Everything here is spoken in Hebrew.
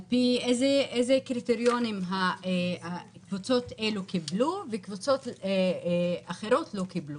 על פי איזה קריטריונים קבוצות אלה קיבלו וקבוצות אחרות לא קיבלו.